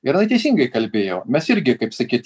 yra teisingai kalbėjau mes irgi kaip sakyt